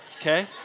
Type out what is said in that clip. okay